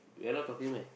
we're not talking meh